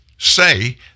say